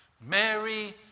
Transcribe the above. Mary